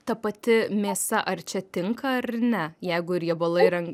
ta pati mėsa ar čia tinka ar ne jeigu riebalai ir